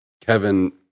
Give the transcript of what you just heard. Kevin